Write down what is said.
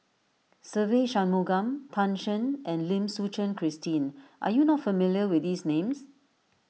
Se Ve Shanmugam Tan Shen and Lim Suchen Christine are you not familiar with these names